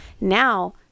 now